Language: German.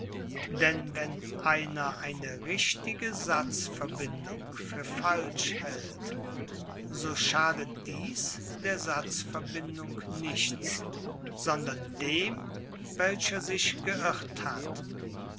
denn wenn einer eine richtige satzverbindung für falsch hält so schadet dies der satzverbindung nichts sondern dem welcher sich geirrt hat